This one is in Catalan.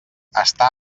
està